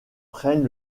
prennent